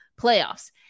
playoffs